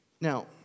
Now